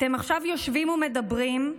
אתם עכשיו יושבים ומדברים,